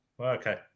Okay